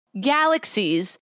galaxies